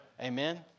Amen